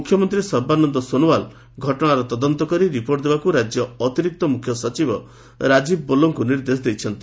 ମୁଖ୍ୟମନ୍ତ୍ରୀ ସର୍ବାନନ୍ଦ ସୋନୋୱାଲ୍ ଘଟଣାର ତଦନ୍ତ କରି ରିପୋର୍ଟ ଦେବାକୁ ରାଜ୍ୟ ଅତିରିକ୍ତ ମୁଖ୍ୟ ସଚିବ ରାଜୀବ ବୋଲାଙ୍କୁ ନିର୍ଦ୍ଦେଶ ଦେଇଛନ୍ତି